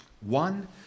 One